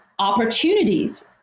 opportunities